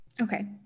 Okay